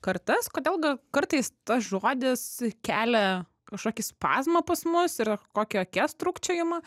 kartas kodėl ga kartais tas žodis kelia kažkokį spazmą pas mus ir kokį akies trūkčiojimą